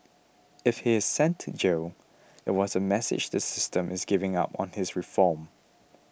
if he is sent to jail it was a message the system is giving up on his reform